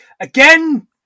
Again